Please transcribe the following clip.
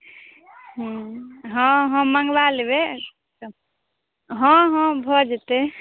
हँ हँ मङ्गबा लेबै हँ हँ भऽ जेतै